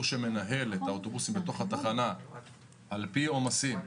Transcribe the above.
שמנהל את האוטובוסים בתוך התחנה על פי עומסים,